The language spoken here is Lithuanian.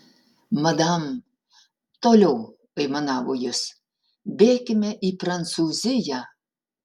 madam toliau aimanavo jis bėkime į prancūziją